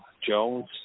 Jones